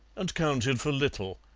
and counted for little,